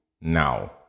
now